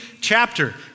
chapter